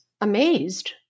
amazed